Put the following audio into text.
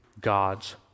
God's